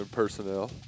personnel